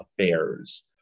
Affairs